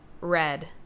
Red